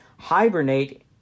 Hibernate